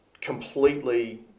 completely